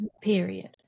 period